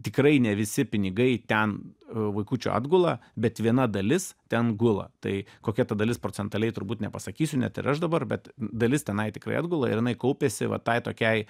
tikrai ne visi pinigai ten vaikučių atgula bet viena dalis ten gula tai kokia ta dalis procentaliai turbūt nepasakysiu net ir aš dabar bet dalis tenai tikrai atgula ir jinai kaupiasi vat tai tokiai